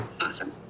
Awesome